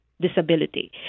disability